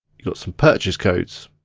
got some purchase codes.